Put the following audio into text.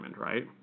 right